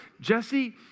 Jesse